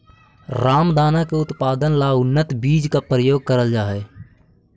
रामदाना के उत्पादन ला उन्नत बीज का प्रयोग करल जा हई